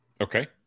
okay